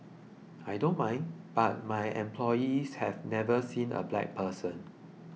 I don't mind but my employees have never seen a black person